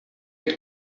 good